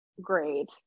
great